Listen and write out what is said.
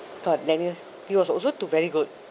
got daniel he was also too very good